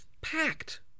packed